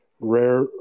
rare